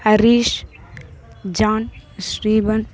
Harish John ஸ்ரீபன்